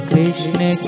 Krishna